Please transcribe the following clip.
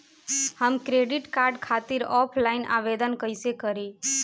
हम credit card खातिर offline आवेदन कइसे करि?